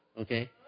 Okay